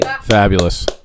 Fabulous